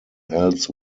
else